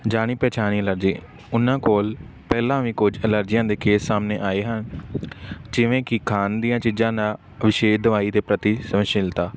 ਜਾਣੀ ਪਹਿਚਾਣੀ ਐਲਰਜੀ ਉਹਨਾਂ ਕੋਲ ਪਹਿਲਾਂ ਵੀ ਕੁਝ ਐਲਰਜੀਆਂ ਦੇ ਕੇਸ ਸਾਹਮਣੇ ਆਏ ਹਨ ਜਿਵੇਂ ਕਿ ਖਾਣ ਦੀਆਂ ਚੀਜ਼ਾਂ ਨਾ ਅਭਿਸ਼ੇਦ ਦਵਾਈ ਦੇ ਪ੍ਰਤੀ ਸੁਸ਼ੀਲਤਾ